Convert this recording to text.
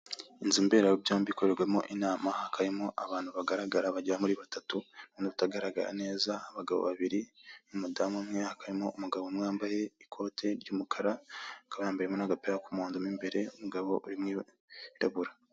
Inzu mberabyombi ikorerwamo inama hakaba harimo abantu bagaragara bagera muri batatu, umwe utagaragara neza abagabo babiri numudamu umwe hakaba harimo umugabo umwe wambaye ikote ry'umukara, akaba yambariyemo n'agapira k'umuhondo mo imbere umugabo uri mwibara wirabura.